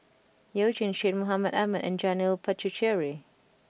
you Jin Syed Mohamed Ahmed and Janil Puthucheary